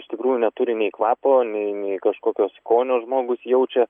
iš tikrųjų neturi nei kvapo nei nei kažkokio skonio žmogus jaučia